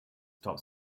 stop